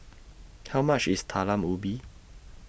How much IS Talam Ubi